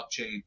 blockchain